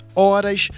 horas